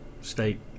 state